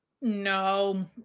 No